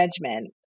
management